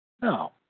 No